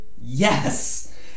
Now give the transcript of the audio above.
Yes